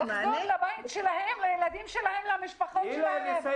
אני רק רוצה